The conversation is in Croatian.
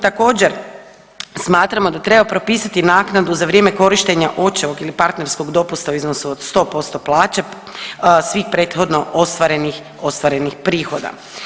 Također, smatram o da treba propisati naknadu za vrijeme korištenja očevog ili partnerskog dopusta u iznosu od 100% plaće svih prethodno ostvarenih, ostvarenih prihoda.